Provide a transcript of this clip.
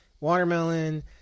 watermelon